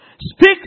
Speak